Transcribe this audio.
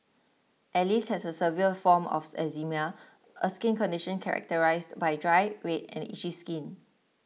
Alice has a severe form of eczema a skin condition characterised by dry red and itchy skin